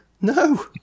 No